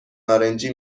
نارنجی